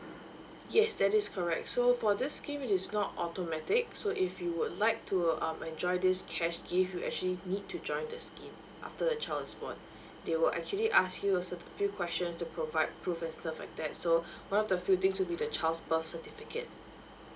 yes that is correct so for this scheme it is not automatic so if you would like to um enjoy this cash gift you actually need to join this scheme after the child is born they will actually ask you also to few questions to provide proof and stuff like that so one of the few things would be the child's birth certificate